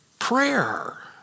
prayer